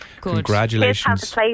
Congratulations